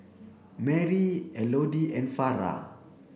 Marry Elodie and Farrah